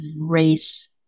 race